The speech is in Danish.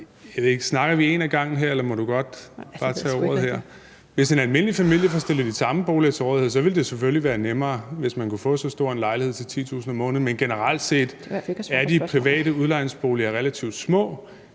Hvis en almindelig familie fik stillet samme slags boliger til rådighed, ville det selvfølgelig være nemmere – hvis man kunne få så stor en lejlighed til 10.000 kr. om måneden. Men generelt set er de private udlejningsboliger relativt små.